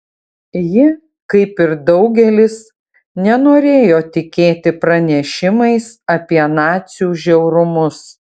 ji kaip ir daugelis nenorėjo tikėti pranešimais apie nacių žiaurumus